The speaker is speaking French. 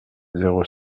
zéro